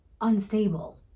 unstable